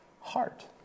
Heart